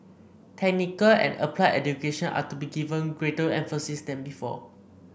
technical and applied education are to be given greater emphasis than before